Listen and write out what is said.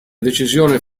decisione